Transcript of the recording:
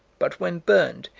but, when burned,